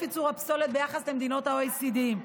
ייצור הפסולת ביחס למדינות ה-OECD.